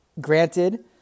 Granted